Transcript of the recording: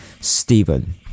Stephen